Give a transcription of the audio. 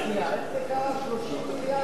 איך זה קרה 30 מיליארד שקל,